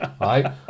right